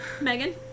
Megan